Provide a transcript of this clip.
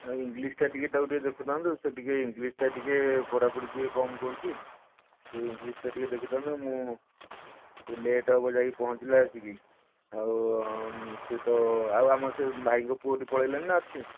ଆଉ ଇଂଗ୍ଲିଶ୍ଟା ଟିକିଏ ତାକୁ ଟିକିଏ ଦେଖୁଥାନ୍ତୁ ସେ ଟିକିଏ ଇଂଗ୍ଲିଶ୍ଟା ଟିକିଏ ପଢ଼ାପଢି ଟିକିଏ କମ୍ କରୁଛି ସେ ଇଂଗ୍ଲିଶ୍ଟା ଟିକିଏ ଦେଖୁଥାନ୍ତୁ ମୁଁ ଟିକିଏ ଲେଟ୍ ହେବ ଯାଇ ପହଁଞ୍ଚିଲା ଆସିକି ଆଉ ସେ ତ ଆଉ ଆମ ସେଇ ଭାଇଙ୍କ ପୁଅବି ପଳେଇଲାଣି ନା ଅଛି